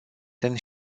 then